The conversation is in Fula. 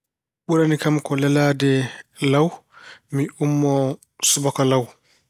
Ɓurani kam ko lelaade law mi ummoo subaka law.